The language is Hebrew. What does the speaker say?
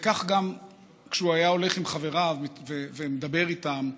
וכך גם כשהוא הלך עם חבריו ודיבר איתם.